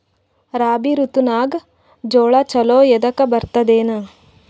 ರಾಬಿ ಋತುನಾಗ್ ಜೋಳ ಚಲೋ ಎದಕ ಬರತದ?